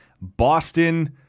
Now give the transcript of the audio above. Boston